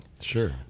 sure